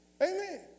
Amen